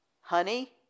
Honey